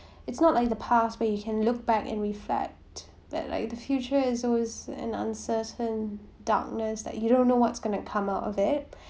it's not like the past when you can look back and reflect that like the future is always an uncertain darkness like you don't know what's going to come out of it